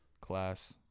class